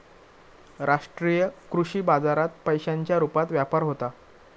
राष्ट्रीय कृषी बाजारात पैशांच्या रुपात व्यापार होता